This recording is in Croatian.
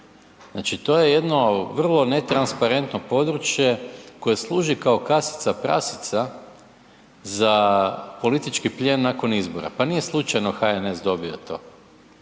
Znači to je jedno vrlo netransparentno područje koje služi kao kasica prasica za politički plijen nakon izbora. Pa nije slučajno HNS dobio to,